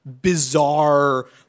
bizarre